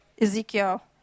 Ezekiel